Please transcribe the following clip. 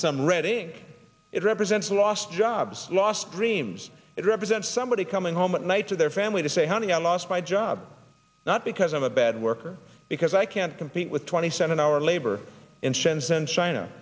summer reading it represents lost jobs lost dreams it represents somebody coming home at night to their family to say honey i lost my job not because i'm a bad worker because i can't compete with twenty seven hour labor in shenzhen china